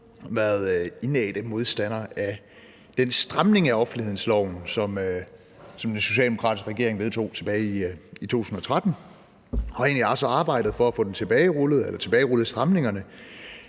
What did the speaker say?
været indædte modstandere af den stramning af offentlighedsloven, som den socialdemokratiske regering vedtog tilbage i 2013, og har også arbejdet for at få stramningerne